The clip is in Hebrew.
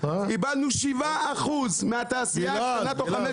איבדנו 7% מהתעשייה הקטנה תוך חמש שנים.